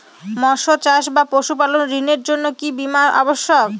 মৎস্য চাষ বা পশুপালন ঋণের জন্য কি বীমা অবশ্যক?